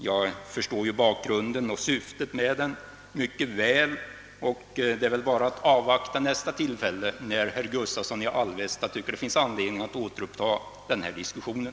Jag förstår bakgrunden till den och syftet med den, och det är väl bara att avvakta nästa tillfälle då herr Gustavsson i Alvesta tycker det är angeläget att återuppta diskussionen.